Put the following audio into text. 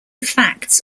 facts